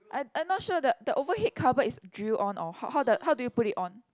I I not sure the the overhead cover is drill on or how how the how do you put it on